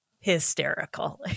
hysterical